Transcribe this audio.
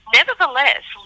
nevertheless